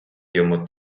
йому